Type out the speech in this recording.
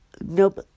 nope